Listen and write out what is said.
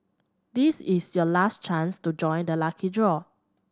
this is your last chance to join the lucky draw